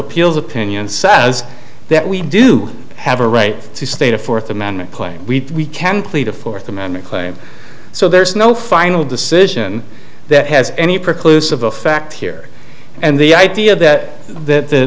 appeals opinion says that we do have a right to state a fourth amendment claim we can plead a fourth amendment claim so there's no final decision that has any precludes of effect here and the idea that that that